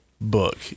book